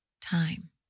time